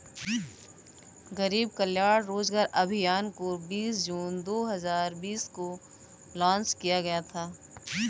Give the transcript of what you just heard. गरीब कल्याण रोजगार अभियान को बीस जून दो हजार बीस को लान्च किया गया था